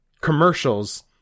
commercials